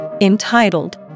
entitled